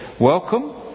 welcome